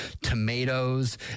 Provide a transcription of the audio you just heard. tomatoes